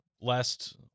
last